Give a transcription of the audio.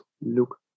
look